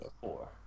Four